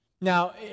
Now